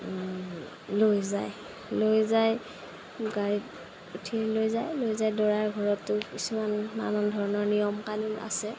লৈ যায় লৈ যায় গাড়ীত উঠি লৈ যায় লৈ যায় দৰাৰ ঘৰতো কিছুমান নানান ধৰণৰ নিয়ম কানুন আছে